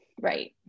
Right